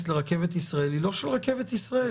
לרכבת ישראל היא לא של רכבת ישראל,